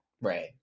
Right